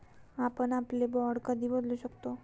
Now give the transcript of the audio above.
आपण आपले बाँड कधी बदलू शकतो?